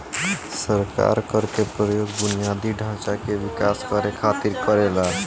सरकार कर के प्रयोग बुनियादी ढांचा के विकास करे खातिर करेला